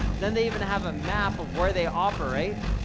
then they even have a map of where they operate,